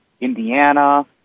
Indiana